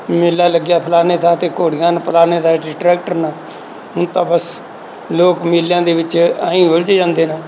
ਮੇਲਾ ਲੱਗਿਆ ਫਲਾਣੇ ਥਾਂ 'ਤੇ ਘੋੜੀਆਂ ਹਨ ਫਲਾਣੇ ਥਾਂ ਟਰੈਕਟਰ ਨਾ ਹੁਣ ਤਾਂ ਬਸ ਲੋਕ ਮੇਲਿਆਂ ਦੇ ਵਿੱਚ ਐਂਈ ਉਲਝ ਜਾਂਦੇ ਨੇ